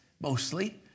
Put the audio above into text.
mostly